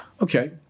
Okay